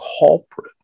culprit